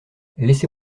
laissez